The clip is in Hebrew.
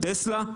טסלה?